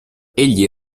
egli